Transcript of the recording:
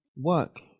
Work